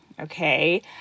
Okay